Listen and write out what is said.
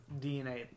DNA